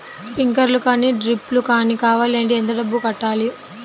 Sprinkler కానీ డ్రిప్లు కాని కావాలి అంటే ఎంత డబ్బులు కట్టాలి?